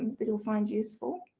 that you'll find useful.